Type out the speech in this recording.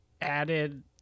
added